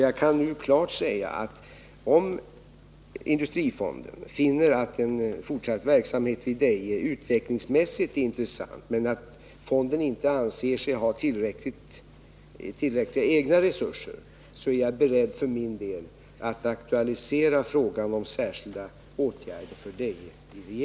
Jag kan klart säga att om industrifonden finner att en fortsatt verksamhet vid Deje utvecklingsmässigt är intressant men att fonden inte anser sig ha tillräckliga egna resurser, så är jag för min del beredd att i regeringen aktualisera frågan om särskilda åtgärder för Deje.